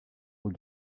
aux